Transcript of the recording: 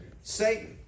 Satan